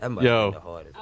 yo